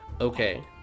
Okay